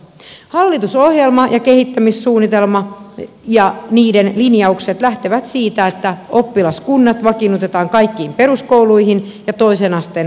hallitusohjelma ja kehittämissuunnitelma ja niiden linjaukset lähtevät siitä että oppilaskunnat vakiinnutetaan kaikkiin peruskouluihin ja toisen asteen oppilaitoksiin